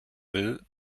will